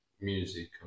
music